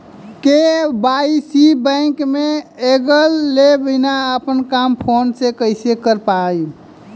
KYC bank मे गएले बिना अपना फोन से कइसे कर पाएम?